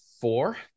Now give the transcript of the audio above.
four